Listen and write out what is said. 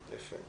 יפה.